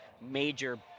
major